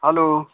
hello